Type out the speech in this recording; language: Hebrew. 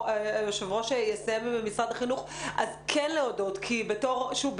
היושב-ראש יסיים עם משרד החינוך אז כן להודות כי שוב,